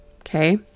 Okay